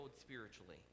spiritually